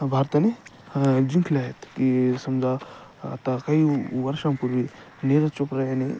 भारताने जिंकल्या आहेत की समजा आता काही वर्षांपूर्वी नीरज चोप्रा याने